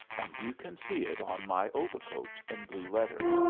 and you can see it on my overcoat in blue letters,